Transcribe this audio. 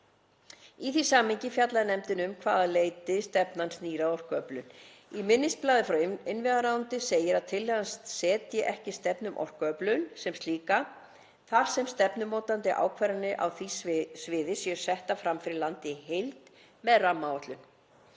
Í því samhengi fjallaði nefndin um að hvaða leyti stefnan snýr að orkuöflun. Í minnisblaði frá innviðaráðuneyti segir að tillagan setji ekki stefnu um orkuöflun sem slíka þar sem stefnumótandi ákvarðanir á því sviði séu settar fyrir landið í heild með rammaáætlun.